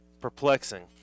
perplexing